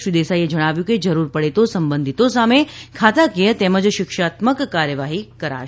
શ્રી દેસાઇએ જણાવ્યું છે કે જરૂર પડે તો સંબંધિતો સામે ખાતાકીય તેમજ શિક્ષાત્મક કાર્યવાહી કરાશે